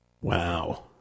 Wow